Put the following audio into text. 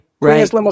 Right